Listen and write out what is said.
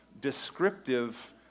descriptive